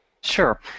Sure